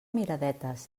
miradetes